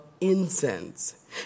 incense